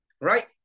right